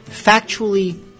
factually